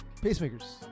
Pacemakers